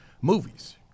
movies